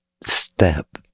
step